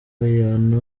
piano